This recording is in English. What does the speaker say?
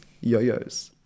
yo-yos